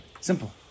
Simple